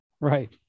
right